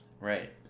Right